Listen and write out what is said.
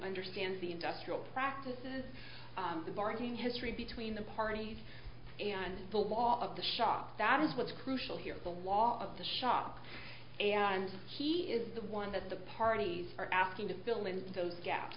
understands the industrial practices of the bar and in history between the parties and the law of the shop that is what's crucial here the law of the shop and he is the one that the parties are asking to fill in those ga